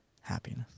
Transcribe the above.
happiness